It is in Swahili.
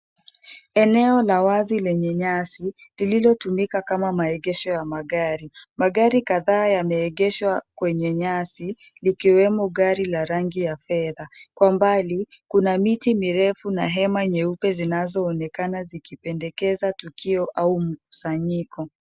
Eneo la wazi lenye nyasi lililotumika kama maegesho ya magari. Magari kadhaa yameegeshwa kwenye nyasi likiwemo gari la rangi ya fedha. Kwa mbali kuna miti mirefu na hema nyeupe zinazoonekana zikipendekeza tukio au mkusanyiko.